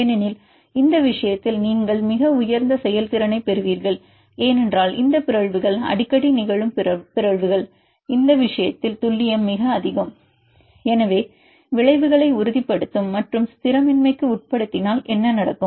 ஏனெனில் இந்த விஷயத்தில் நீங்கள் மிக உயர்ந்த செயல்திறனைப் பெறுவீர்கள் ஏனென்றால் இந்த பிறழ்வுகள் அடிக்கடி நிகழும் பிறழ்வுகள் இந்த விஷயத்தில் துல்லியம் மிக அதிகம் எனவே விளைவுகளை உறுதிப்படுத்தும் மற்றும் ஸ்திரமின்மைக்கு உட்படுத்தினால் என்ன நடக்கும்